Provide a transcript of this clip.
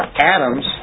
Adam's